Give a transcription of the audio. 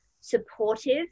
supportive